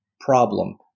problem